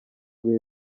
bihe